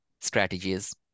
strategies